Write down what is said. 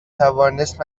توانست